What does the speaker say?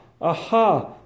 aha